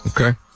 okay